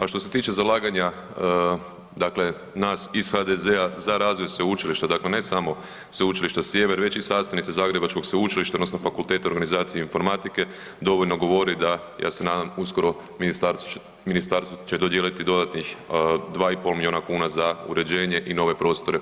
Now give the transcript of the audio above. A što se tiče zalaganja dakle nas iz HDZ-a za razvoj sveučilišta, dakle ne samo Sveučilišta Sjever već i sastavnice zagrebačkog sveučilišta odnosno Fakulteta organizacije i informatike dovoljno govori da, ja se nadam, uskoro, ministarstvo će dodijeliti dodatnih 2,5 milijuna kuna za uređenje i nove prostore FOI.